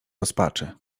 rozpaczy